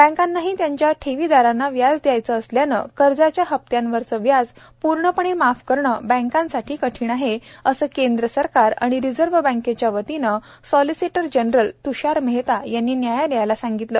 बँकांनाही त्यांच्या ठेविदारांना व्याज द्यायाचं असल्यानं कर्जाच्या हप्त्यांवरचं व्याज पूर्णपणे माफ करणं बँकांसाठीही कठीण आहे असं केंद्र सरकार आणि रिझर्व्ह बँकेच्या वतीनं सॉलिसीटर जनरल त्षार मेहता यांनी न्यायालयाला सांगितलं